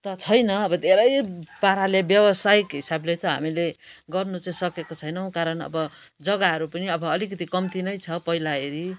त छैन अब धेरै पाराले व्यावसायिक हिसाबले चाहिँ हामीले गर्नु चाहिँ सकेको छैनौँ कारण अब जग्गाहरू पनि अब अलिकति कम्ती नै छ पहिला हेरी